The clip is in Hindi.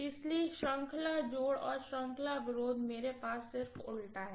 इसलिए श्रृंखला जोड़ और श्रृंखला विरोध मेरे पास सिर्फ उलटा है